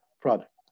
product